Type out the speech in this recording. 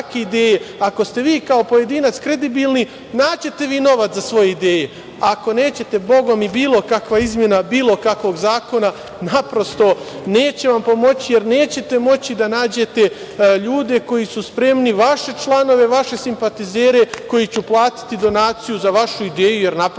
ako ste vi kao pojedinac kredibilni naći ćete vi novac za svoje ideje, ako nećete bogami bilo kakva izmena bilo kakvog zakona naprosto neće vam pomoći, jer nećete moći da nađete ljude koji su spremni, vaše članove, vaše simpatizere koji će uplatiti donaciju za vašu ideju, jer ne veruju